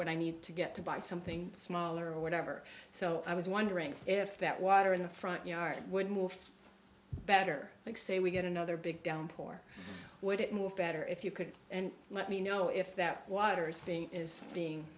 what i need to get to buy something small or whatever so i was wondering if that water in the front yard would move better like say we get another big downpour would it move better if you could and let me know if that water's thing is being